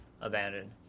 abandoned